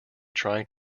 trying